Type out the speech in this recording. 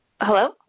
Hello